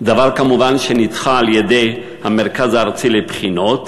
דבר שנדחה כמובן על-ידי המרכז הארצי לבחינות,